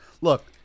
Look